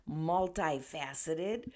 multifaceted